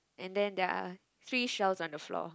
and there're three shells on the floor